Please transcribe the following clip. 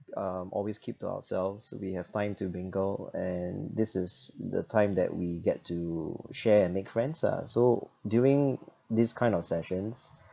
um always keep to ourselves we have time to bingo and this is the time that we get to share and make friends lah so during this kind of sessions